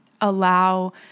allow